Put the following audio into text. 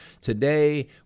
today